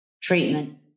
treatment